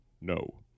no